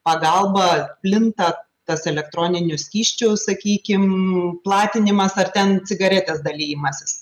pagalba plinta tas elektroninių skysčių sakykim platinimas ar ten cigaretė dalijimasis